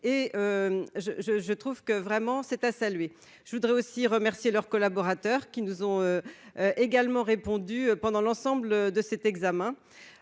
je, je trouve que vraiment c'est à saluer je voudrais aussi remercier leurs collaborateurs qui nous ont également répondu pendant l'ensemble de cet examen,